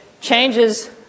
changes